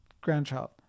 grandchild